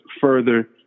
further